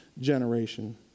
generation